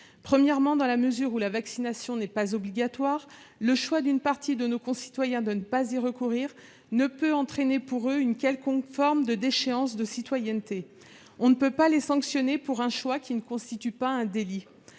Premièrement, dans la mesure où la vaccination n'est pas obligatoire, le choix d'une partie de nos concitoyens de ne pas y recourir ne saurait emporter une quelconque forme de déchéance de citoyenneté. On ne peut pas les sanctionner pour un choix qui ne constitue pas un délit.